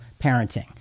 parenting